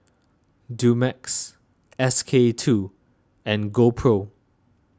Dumex S K two and GoPro